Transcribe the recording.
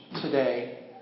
today